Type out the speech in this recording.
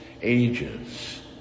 ages